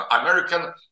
American